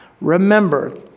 Remember